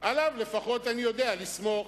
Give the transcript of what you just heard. עליו לפחות אני יודע לסמוך.